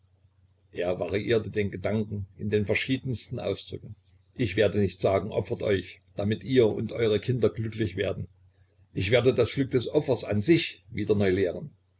er variierte den gedanken in den verschiedensten ausdrücken ich werde nicht sagen opfert euch damit ihr und eure kinder glücklich werdet ich werde das glück des opfers an sich wieder neu lehren